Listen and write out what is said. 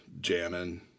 jamming